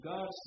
God